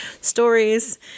stories